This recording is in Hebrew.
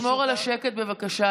לשמור על השקט בבקשה,